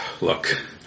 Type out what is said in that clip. look